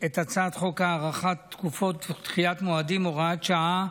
את הצעת חוק הארכת תקופות דחיית מועדים (הוראת שעה,